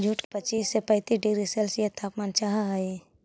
jute के पच्चीस से पैंतीस डिग्री सेल्सियस तापमान चाहहई